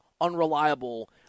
unreliable